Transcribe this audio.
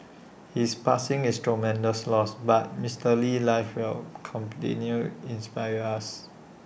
his passing is tremendous loss but Mister Lee's life will continue inspire us